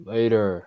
Later